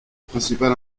principal